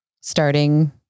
starting